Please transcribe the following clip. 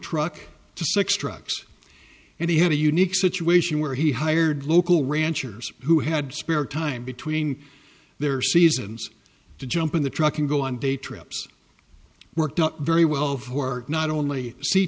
truck to six trucks and he had a unique situation where he hired local ranchers who had spare time between their seasons to jump in the truck and go on day trips worked out very well for not only see